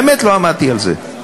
באמת לא עמדתי על זה,